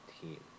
team